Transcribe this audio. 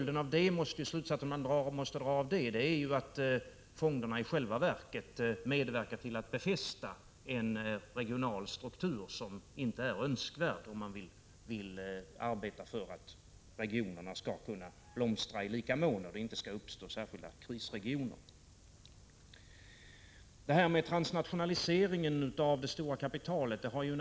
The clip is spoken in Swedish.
Den slutsats man måste dra av det är att fonderna i själva verket medverkar till att befästa en regional struktur som inte är önskvärd om man vill arbeta för att regionerna skall blomstra i lika mån och det inte skall uppstå särskilda krisregioner. Transnationaliseringen av det stora kapitalet har en annan aspekt. Den är Prot.